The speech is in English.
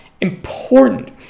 important